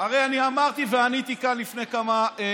הרי אני אמרתי ועניתי כאן לפני שבוע-שבועיים.